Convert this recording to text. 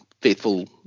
faithful